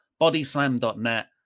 Bodyslam.net